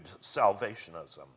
salvationism